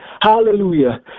Hallelujah